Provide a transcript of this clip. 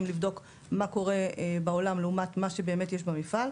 לבדוק מה קורה בעולם לעומת מה שבאמת יש במפעל,